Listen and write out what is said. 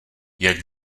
jak